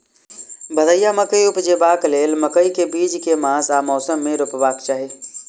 भदैया मकई उपजेबाक लेल मकई केँ बीज केँ मास आ मौसम मे रोपबाक चाहि?